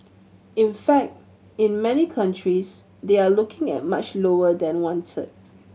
in fact in many countries they are looking at much lower than one third